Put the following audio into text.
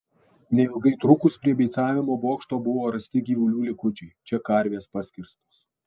neilgai trukus prie beicavimo bokšto buvo rasti gyvulių likučiai čia karvės paskerstos